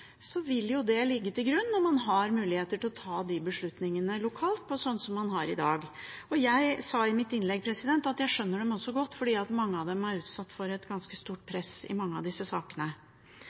så vil jo det ligge til grunn når man har muligheter til å ta de beslutningene lokalt, slik man har i dag. Jeg sa i mitt innlegg at jeg skjønner dem også godt, for mange av dem er utsatt for et ganske stort press i mange av disse sakene.